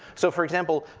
so for example,